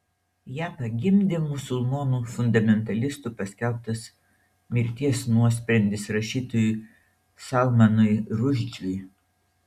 ją pagimdė musulmonų fundamentalistų paskelbtas mirties nuosprendis rašytojui salmanui rušdžiui